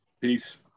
Peace